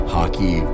Hockey